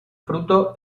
fruto